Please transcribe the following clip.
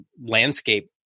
landscape